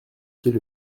qu’est